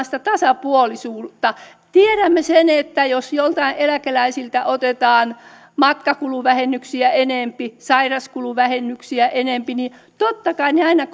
sitä tasapuolisuutta tiedämme että jos joltain eläkeläisiltä otetaan matkakuluvähennyksiä enempi sairauskuluvähennyksiä enempi niin totta kai ne aina